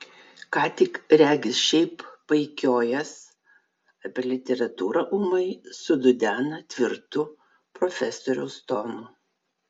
ką tik regis šiaip paikiojęs apie literatūrą ūmai sududena tvirtu profesoriaus tonu